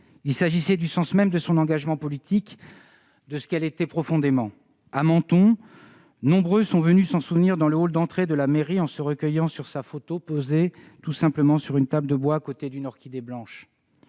Il s'agissait du sens même de son engagement politique, de ce qu'elle était profondément. À Menton, nombreux sont venus s'en souvenir dans le hall d'entrée de la mairie, en se recueillant sur sa photo, posée tout simplement sur une table de bois à côté d'une orchidée blanche.